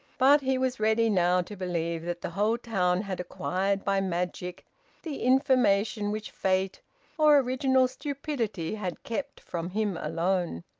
but he was ready now to believe that the whole town had acquired by magic the information which fate or original stupidity had kept from him alone.